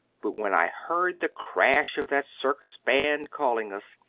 but when i heard the crash of that circus band calling us,